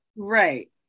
Right